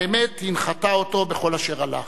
האמת הנחתה אותו בכל אשר הלך.